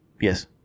Yes